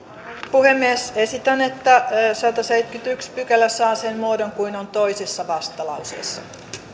puhemies esitän että sadasseitsemäskymmenesensimmäinen pykälä saa sen muodon kuin on vastalauseessa